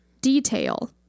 Detail